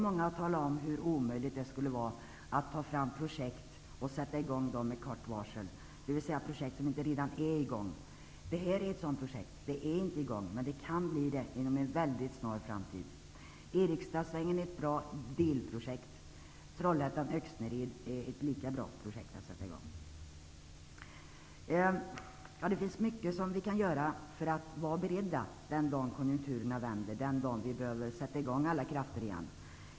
Många har talat om hur omöjligt det skulle vara att ta fram projekt, sådana som inte redan är i gång, och sätta i gång dem med kort varsel. Det här är ett sådant projekt. Det är inte i gång, men det kan sättas i gång inom en väldigt snar framtid. Erikstadsvängen är ett bra bilprojekt, och byggandet av etappen Trollhättan--Öxnered är ett annat bra projekt att sätta i gång. Vi kan göra mycket för att vara beredda den dagen konjunkturerna vänder och vi behöver sätta i gång med alla krafter igen.